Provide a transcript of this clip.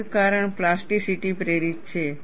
એક કારણ પ્લાસ્ટિસિટી પ્રેરિત છે